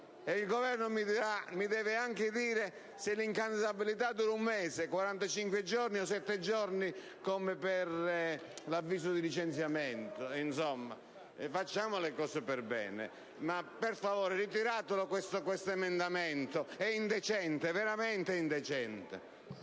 il compito di decidere se l'incandidabilità dura un mese, 45 giorni o 7 giorni, come per l'avviso di licenziamento. Insomma, facciamo le cose per bene. Per favore, ritirate questo emendamento: è veramente indecente!